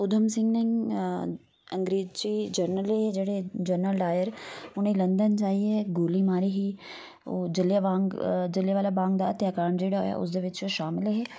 उधमसिंह ने अगेंजी जरनल हे जेहड़े जरनल डायर उ'नें लंडन जाइयै गोली मारी ही ओह् जल्लियां बाला बाग हत्याकांड जेहड़ा होआ उसदे बिच शामल ऐ